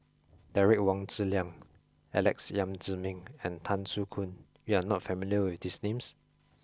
Derek Wong Zi Liang Alex Yam Ziming and Tan Soo Khoon you are not familiar with these names